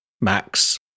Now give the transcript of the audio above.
max